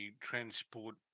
Transport